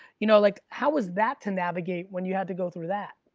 you know like how is that to navigate when you had to go through that?